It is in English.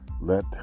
let